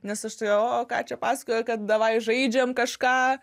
nes aš tokia o ką čia pasakoja kad davai žaidžiam kažką